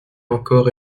encore